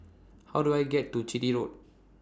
How Do I get to Chitty Road